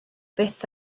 byth